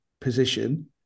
position